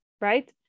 right